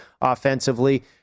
offensively